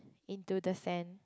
into the sand